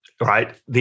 right